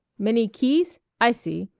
many keys. i see.